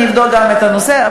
אני אבדוק גם את הנושא הזה,